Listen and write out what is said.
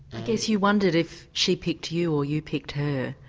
i guess you wondered if she picked you or you picked her?